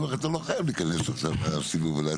אני אומר לך שאתה לא חייב להיכנס עכשיו לסיבוב על הטיעון.